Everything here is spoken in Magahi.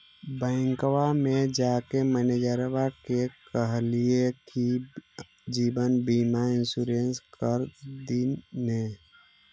बैंकवा मे जाके मैनेजरवा के कहलिऐ कि जिवनबिमा इंश्योरेंस कर दिन ने?